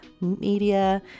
media